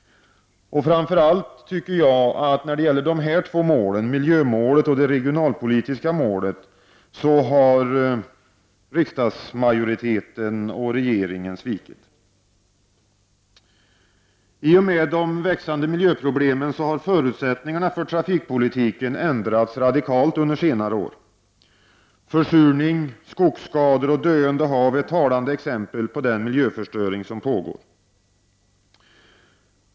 Framför allt när det gäller dessa två mål, miljömålet och det regionalpolitiska målet, har riksdagsmajoriteten och regeringen svikit. I och med de växande miljöproblemen har förutsättningarna för trafikpolitiken ändrats radikalt under senare år. Försurning, skogsskador och döende hav är talande exempel på den miljöförstöring som pågår.